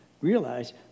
realize